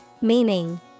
Meaning